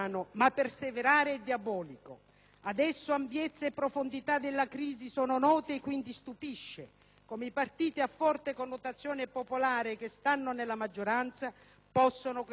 Adesso ampiezza e profondità della crisi sono note e quindi stupisce come i partiti a forte connotazione popolare che stanno nella maggioranza possano continuare a guardare ad altro.